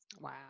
Wow